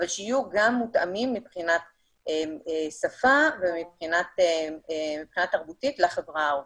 אבל שיהיו גם מותאמים מבחינת שפה ומבחינה תרבותית לחברה הערבית.